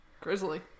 Grizzly